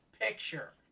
Picture